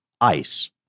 Ice